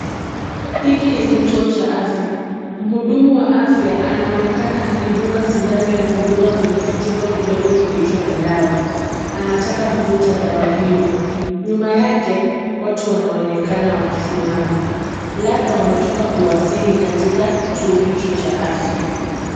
Hiki ni kituo cha afya. Mhudumu wa afya anaonekana akidunga sindano ya kudunga kwenye kichupa kidogo kilicho na dawa, anataka kuvuta dawa hiyo. Nyuma yake, watu wanaonekana wakisimama. Labda wametoka kuwasili katika kituo hicho cha afya.